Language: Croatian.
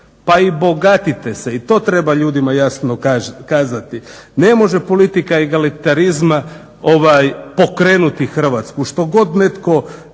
pa i bogatite se i to treba ljudima jasno kazati. Ne može politika egalitarizma pokrenuti Hrvatsku, što god netko